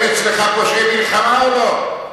הם אצלך פושעי מלחמה או לא,